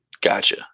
Gotcha